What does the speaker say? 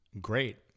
great